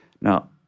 Now